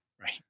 Right